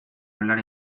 hablar